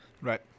Right